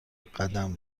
قدم